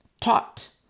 taught